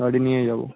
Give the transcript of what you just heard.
বাড়ি নিয়ে যাবো